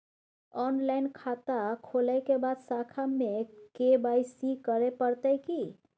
Online खाता खोलै के बाद शाखा में के.वाई.सी करे परतै की?